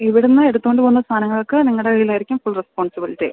ഇവിടെ നിന്ന് എടുത്തുകൊണ്ട് പോകുന്ന സാധനങ്ങൾക്ക് നിങ്ങളുടെ കയ്യിലായിരിക്കും ഫുൾ റെസ്പോൺസിബ്ലിറ്റി